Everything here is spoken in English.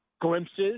glimpses